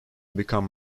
become